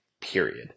period